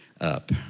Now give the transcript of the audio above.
up